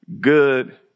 good